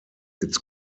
its